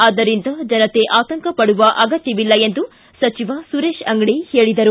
ಆದ್ದರಿಂದ ಜನತೆ ಅತಂಕಪಡುವ ಅಗತ್ತವಿಲ್ಲ ಎಂದು ಸಚಿವ ಸುರೇತ ಅಂಗಡಿ ಹೇಳಿದರು